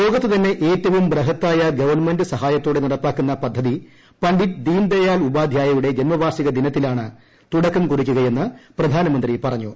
ലോകത്ത് തന്നെ ഏറ്റവും ബൃഹത്തായ ഗവൺമെന്റ് സഹയാത്തോടെ നടപ്പാക്കുന്ന പദ്ധതി പണ്ഡിറ്റ് ദീൻ ദയാൽ ഉപാദ്ധ്യായയുടെ ജന്മവാർഷിക ദിനത്തിലാണ് തുടക്കം കുറിക്കുക എന്ന് പ്രധാനമന്ത്രി പറഞ്ഞു